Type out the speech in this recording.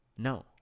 No